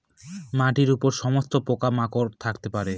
মাটির উপর সমস্ত পোকা মাকড় থাকতে পারে